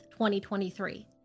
2023